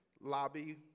lobby